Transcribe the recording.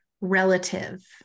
relative